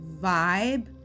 vibe